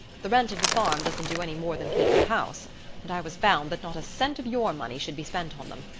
the rent of the farm doesn't do any more than keep the house and i was bound that not a cent of your money should be spent on them.